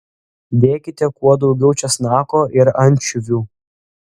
dėkite kuo daugiau česnako ir ančiuvių